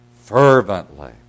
fervently